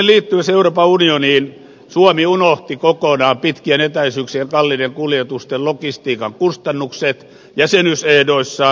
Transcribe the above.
suomen liittyessä euroopan unioniin suomi unohti kokonaan pitkien etäisyyksien kalliiden kuljetusten logistiikan kustannukset jäsenyysehdoissaan